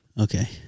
Okay